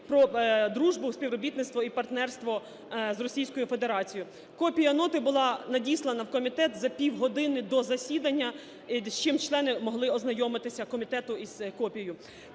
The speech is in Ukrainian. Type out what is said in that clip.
про дружбу співробітництво і партнерство з Російською Федерацією. Копія ноти була надіслана в комітет за півгодини до засідання, з чим члени могли ознайомитися комітету, з копією.